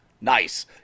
Nice